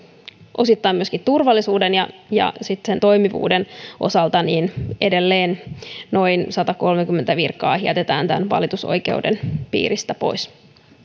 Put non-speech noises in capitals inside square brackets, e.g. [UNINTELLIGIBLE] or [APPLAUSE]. osittain myöskin yhteiskunnan kokonaisturvallisuuden ja sitten sen toimivuuden [UNINTELLIGIBLE] [UNINTELLIGIBLE] [UNINTELLIGIBLE] [UNINTELLIGIBLE] [UNINTELLIGIBLE] kannalta edelleen [UNINTELLIGIBLE] [UNINTELLIGIBLE] [UNINTELLIGIBLE] [UNINTELLIGIBLE] [UNINTELLIGIBLE] [UNINTELLIGIBLE] noin satakolmekymmentä virkaa jätetään tämän valitusoikeuden piiristä pois